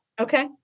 Okay